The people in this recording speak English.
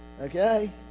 Okay